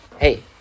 Hey